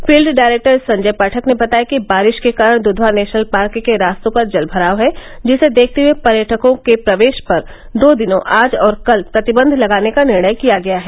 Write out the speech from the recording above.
field director Sanjay Pathak ने बताया कि बारिश के कारण दुधवा नेशनल पार्क के रास्तों पर जल भराव है जिसे देखते हुए पर्यटकों के प्रवेश पर दो दिनों आज और कल प्रतिबन्ध लगाने का निर्णय किया गया है